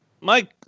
Mike